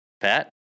Pat